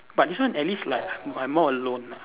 but this one at least like m~ I more alone